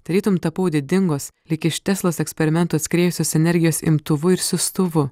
tarytum tapau didingos lyg iš teslos eksperimento atskriejusios energijos imtuvu ir siųstuvu